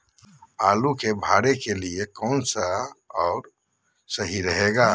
आलू के भरे के लिए केन सा और सही रहेगा?